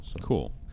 cool